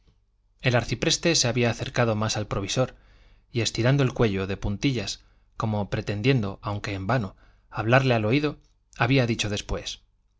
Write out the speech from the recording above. el arcipreste se había acercado más al provisor y estirando el cuello de puntillas como pretendiendo aunque en vano hablarle al oído había dicho después